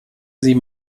sie